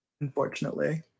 unfortunately